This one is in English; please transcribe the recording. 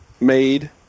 made